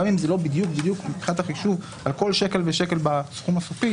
גם אם זה לא בדיוק מבחינת החישוב על כל שקל ושקל בסכום הסופי